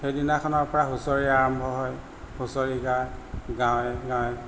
সেইদিনাখনৰ পৰা হুঁচৰি আৰম্ভ হয় হুঁচৰি গায় গাঁৱে গাঁৱে